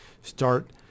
start